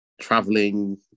traveling